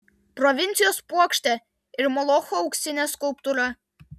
provincijos puokštė ir molocho auksinė skulptūra